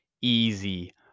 Easy